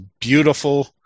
beautiful